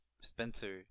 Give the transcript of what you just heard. Spencer